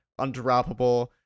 undroppable